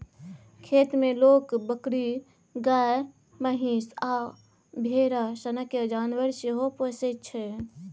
खेत मे लोक बकरी, गाए, महीष आ भेरा सनक जानबर सेहो पोसय छै